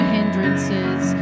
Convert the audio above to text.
hindrances